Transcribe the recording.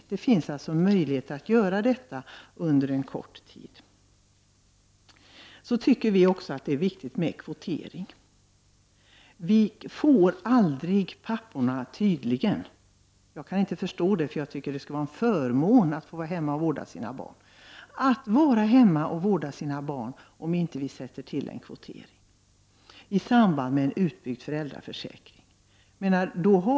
Vi anser att det skall finnas möjlighet att göra detta under en kort tid. Vi tycker också att det är viktigt med kvotering. Annars går det tydligen aldrig att få papporna att vara hemma och vårda barn. Jag kan inte förstå det, för jag tycker att det skulle vara en förmån att få vara hemma och vårda sina barn. Det är lämpligt att införa kvoteringen i samband med att föräldraförsäkringen byggs ut.